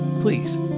please